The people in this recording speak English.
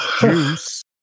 Juice